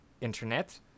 internet